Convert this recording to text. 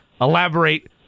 elaborate